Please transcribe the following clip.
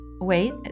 wait